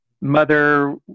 mother